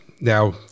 Now